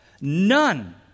None